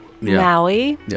Maui